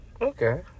okay